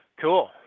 Cool